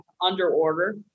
Under-order